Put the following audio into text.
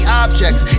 objects